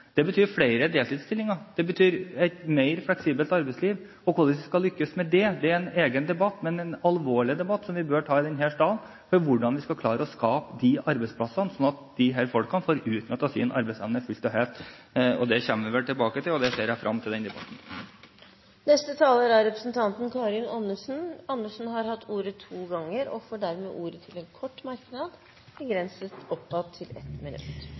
Det betyr flere deltidsstillinger, det betyr et mer fleksibelt arbeidsliv, og hvordan vi skal lykkes med det, er en egen debatt. Men det er en alvorlig debatt som vi må ta i denne salen, om hvordan vi skal klare å skape arbeidsplasser, slik at disse folkene får utnyttet sin arbeidsevne fullt og helt. Det kommer vi vel tilbake til, og jeg ser frem til den debatten. Representanten Karin Andersen har hatt ordet to ganger og får ordet til en kort merknad, begrenset til 1 minutt.